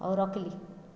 ହେଉ ରଖିଲି